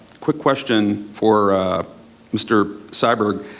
quick question for mr. syberg.